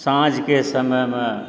साँझके समयमे